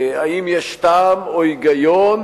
האם יש טעם או היגיון